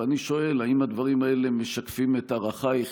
ואני שואל: האם הדברים האלה משקפים את ערכייך,